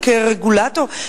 כרגולטור,